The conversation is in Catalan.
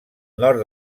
nord